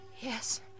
Yes